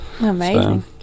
amazing